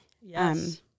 yes